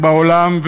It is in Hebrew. ובעולם,